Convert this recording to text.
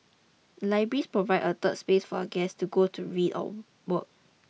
libraries provide a 'third space' for a guest to go to read or work